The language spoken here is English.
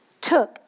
took